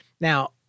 Now